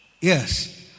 yes